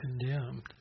condemned